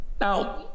Now